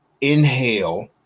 inhale